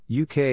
UK